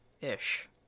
ish